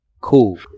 Cool